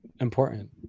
important